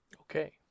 Okay